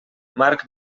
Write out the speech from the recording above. marc